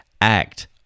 Act